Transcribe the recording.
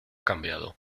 cambiado